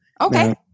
Okay